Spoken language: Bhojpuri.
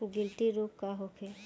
गिलटी रोग का होखे?